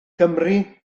cymry